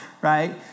right